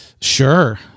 Sure